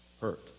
hurt